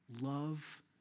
love